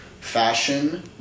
fashion